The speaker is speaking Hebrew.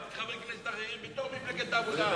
וחברי כנסת אחרים במפלגת העבודה,